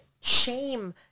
shame